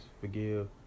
forgive